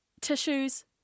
Tissues